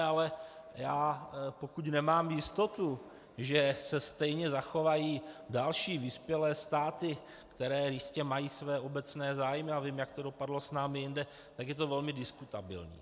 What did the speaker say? Ale já, pokud nemám jistotu, že se stejně zachovají další vyspělé státy, které jistě mají své obecné zájmy, a vím, jak to dopadlo s námi jinde, tak je to velmi diskutabilní.